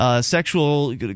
sexual